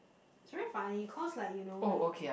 it's very funny cause like you know like